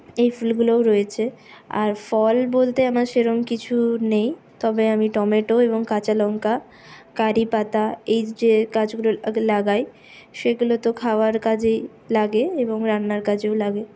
এই ফুলগুলোও রয়েছে আর ফল বলতে আমার সেরম কিছু নেই তবে আমি টমেটো এবং কাঁচালঙ্কা কারি পাতা এই যে গাছগুলো লাগাই সেগুলো তো খাওয়ার কাজেই লাগে এবং রান্নার কাজেও লাগে